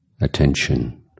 attention